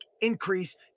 increase